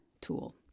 tool